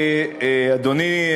אדוני,